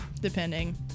depending